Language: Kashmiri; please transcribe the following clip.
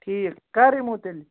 ٹھیٖک کَر یِمو تیٚلہِ